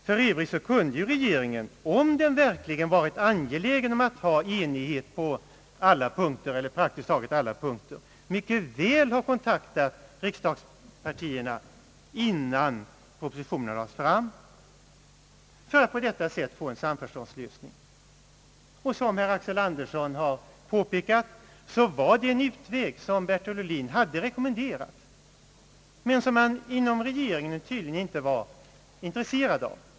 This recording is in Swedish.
För övrigt kunde regeringen, om den verkligen varit angelägen om att ha enighet på alla punkter eller på praktiskt taget alla punkter, mycket väl ha kontaktat riksdagspartierna, innan propositionen lades fram, för att på detta sätt få en samförståndslösning. Som herr Axel Andersson påpekat var det en utväg som herr Bertil Ohlin hade rekommenderat, men som man inom regeringen tydligen inte var intresserad av.